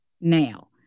Now